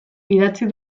idatzi